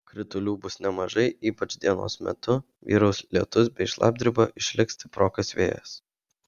kritulių bus nemažai ypač dienos metu vyraus lietus bei šlapdriba išliks stiprokas vėjas